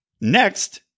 next